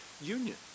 union